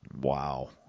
Wow